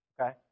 Okay